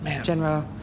general